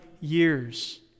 years